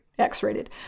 x-rated